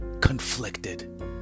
conflicted